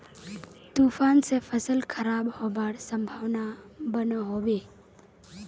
तूफान से फसल खराब होबार संभावना बनो होबे?